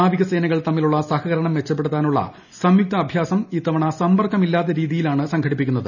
നാവികസേനകൾ തമ്മിലുള്ള സഹകരണം മെച്ചപ്പെടുത്താനുള്ള സംയുക്ത അഭ്യാസം ഇത്തവണ സമ്പർക്കമില്ലാത്ത രീതിയിലാണ് സംഘടിപ്പിക്കുന്നത്